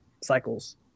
cycles